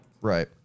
right